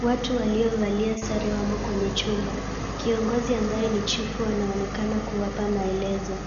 Watu waliovalia sare wamo kwenye chumba. Kiongozi ambaye ni chifu anaonekana kuwapa maelezo.